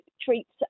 treats